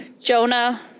Jonah